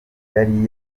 yari